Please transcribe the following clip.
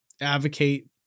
advocate